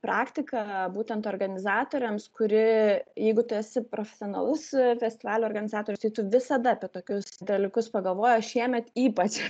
praktika būtent organizatoriams kuri jeigu tu esi profesionalus festivalio organizatorius tai tu visada apie tokius dalykus pagalvoji šiemet ypač